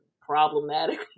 problematic